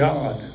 God